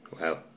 Wow